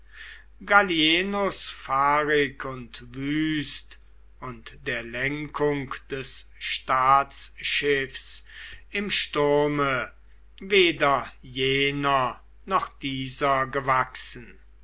fahrig und wüst und der lenkung des staatsschiffs im sturme weder jener noch dieser gewachsen